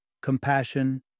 compassion